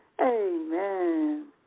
Amen